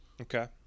Okay